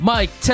Mike